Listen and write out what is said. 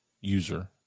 user